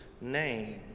name